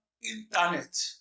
internet